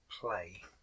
play